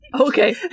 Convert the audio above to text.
Okay